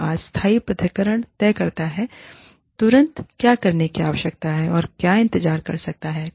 अस्थायी पृथक्करण तय करता है तुरंत क्या करने की आवश्यकता है और क्या इंतजार कर सकता है